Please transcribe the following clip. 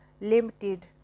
limited